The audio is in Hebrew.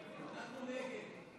אנחנו נגד,